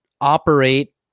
operate